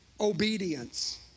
obedience